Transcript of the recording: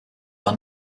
are